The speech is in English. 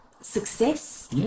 success